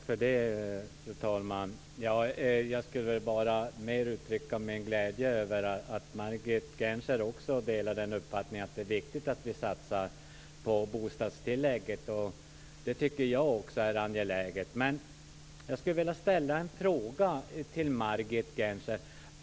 Fru talman! Jag skulle vilja uttrycka min glädje över att Margit Gennser också delar uppfattningen att det är viktigt att vi satsar på bostadstillägget. Det tycker jag också är angeläget.